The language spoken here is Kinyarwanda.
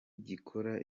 gikora